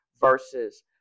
versus